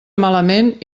malament